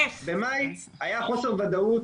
במאי הייתה חוסר ודאות,